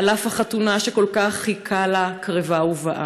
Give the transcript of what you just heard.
אף שהחתונה שכל כך חיכה לה, קרבה ובאה.